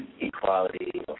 Equality